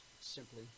simply